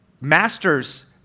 master's